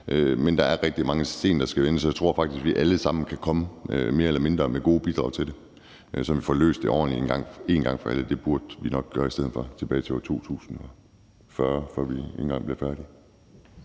Men der er rigtig mange sten, der skal vendes, og jeg tror faktisk, at vi alle sammen mere eller mindre kan komme med gode bidrag til det, så vi får løst det ordentligt en gang for alle. Det burde vi nok gøre, i stedet for at vi skal frem til år 2040, før vi engang bliver færdige.